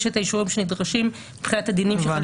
את האישורים שנדרשים מבחינת הדינים שחלים